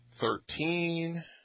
Thirteen